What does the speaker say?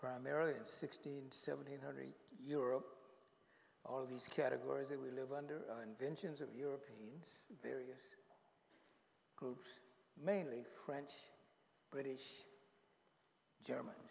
primarily and sixteen seventeen hundred europe all of these categories that we live under inventions of europeans various groups mainly french british german